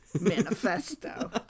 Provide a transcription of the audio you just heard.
manifesto